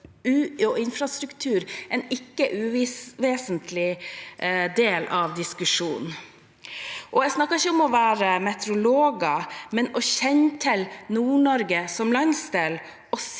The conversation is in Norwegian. en ikke uvesentlig del av diskusjonen. Jeg snakker ikke om å være meteorolog, men om å kjenne til Nord-Norge som landsdel og sitte